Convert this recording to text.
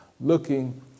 looking